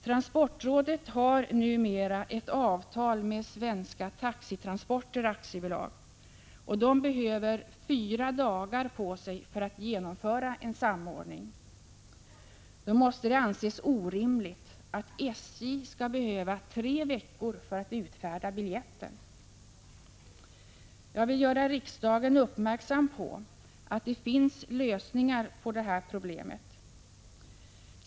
Transportrådet har numera ett avtal med Svenska Taxitransporter AB, och de behöver fyra dagar på sig för att genomföra en samordning. Då måste det anses orimligt att SJ skall behöva tre veckor för att utfärda biljetten. Jag vill göra riksdagen uppmärksam på att det finns lösningar på detta problem.